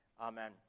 Amen